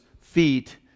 feet